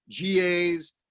GAs